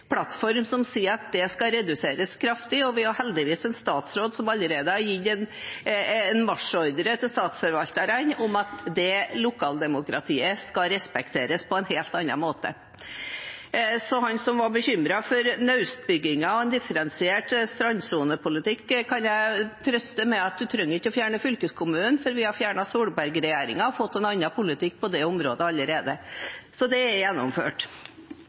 plattform som sier at dette skal reduseres kraftig, og vi har heldigvis en statsråd som allerede har gitt marsjordre til statsforvalterne om at lokaldemokratiet skal respekteres på en helt annen måte. Han som var bekymret for naustbyggingen og differensiert strandsonepolitikk, kan jeg trøste med at han trenger ikke å fjerne fylkeskommunen, for vi har fjernet Solberg-regjeringen og fått en annen politikk på det området allerede, så det er gjennomført.